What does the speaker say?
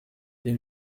den